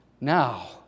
now